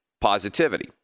positivity